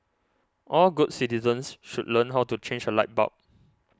all good citizens should learn how to change a light bulb